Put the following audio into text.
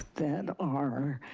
that are